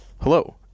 Hello